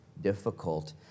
difficult